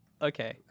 Okay